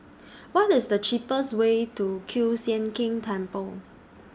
What IS The cheapest Way to Kiew Sian King Temple